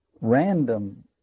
Random